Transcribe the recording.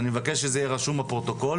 אני מבקש שזה יהיה רשום בפרוטוקול,